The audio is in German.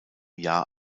jahr